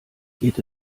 geht